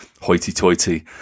hoity-toity